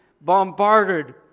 bombarded